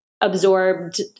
absorbed